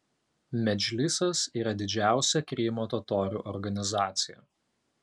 medžlisas yra didžiausia krymo totorių organizacija